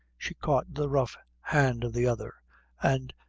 she caught the rough hand of the other and,